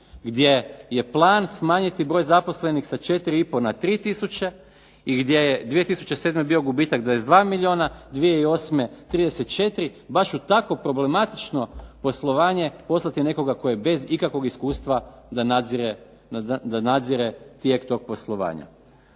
gdje je plan smanjiti broj zaposlenih sa 4,5 na 3 tisuće i gdje je 2007. bio gubitak 22 milijuna, 2008. 34 baš u tako problematično poslovanje, poslati nekoga tko je bez ikakvog iskustva da nadzire tijek toga poslovanja.